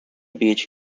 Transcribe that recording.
beach